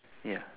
ya